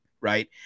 right